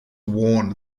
warn